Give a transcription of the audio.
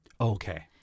Okay